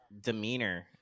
demeanor